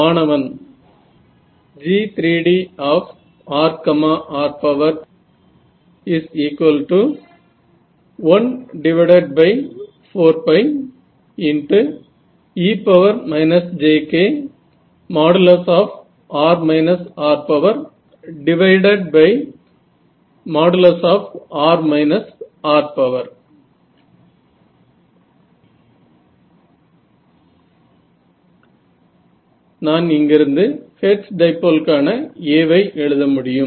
மாணவன் G3Drr14e jk|r r||r r| நான் இங்கிருந்து ஹெர்ட்ஸ் டைபோல் கான A வை எழுத முடியும்